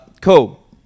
cool